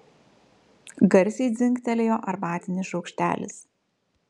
garsiai dzingtelėjo arbatinis šaukštelis